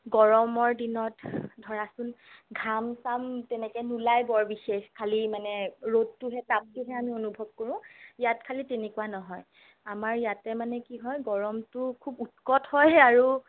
গৰমৰ দিনত ধৰাচোন ঘাম চাম তেনেকে নোলাই বৰ বিশেষ খালি মানে ৰ'দটো হে তাপটোহে আমি অনুভৱ কৰোঁ ইয়াত খালি তেনেকুৱা নহয় আমাৰ ইয়াতে মানে কি হয় গৰমটো খুব উৎকট হয়হে আৰু